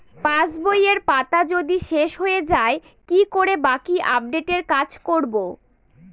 পাসবইয়ের পাতা যদি শেষ হয়ে য়ায় কি করে বাকী আপডেটের কাজ করব?